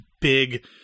big